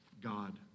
God